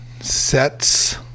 sets